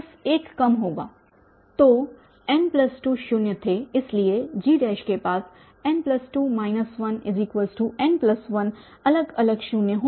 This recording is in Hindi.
तो n2 शून्य थे इसलिए G के पास n2 1n1 अलग अलग शून्य होंगे